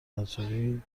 نذاری